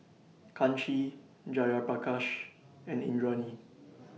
Kanshi Jayaprakash and Indranee